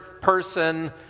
person